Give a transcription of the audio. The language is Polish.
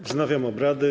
Wznawiam obrady.